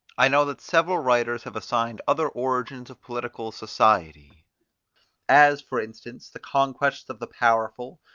i know that several writers have assigned other origins of political society as for instance, the conquests of the powerful,